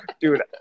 dude